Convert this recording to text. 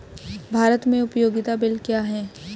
भारत में उपयोगिता बिल क्या हैं?